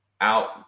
out